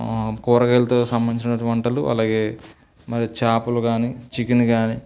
కూరగాయలతో సంబంధించునటువంటి వంటలు అలాగే మరి చాపలు కాని చికెన్ కాని